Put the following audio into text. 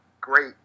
great